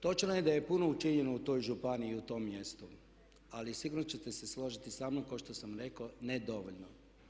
Točno je da je puno učinjeno u toj županiji i u tom mjestu ali sigurno ćete se složiti samnom kao što sam rekao ne dovoljno.